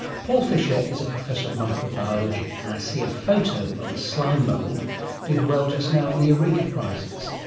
paul fisher is a professor of microbiology. and i see a photo of a slime mould did well just now in the eureka prizes,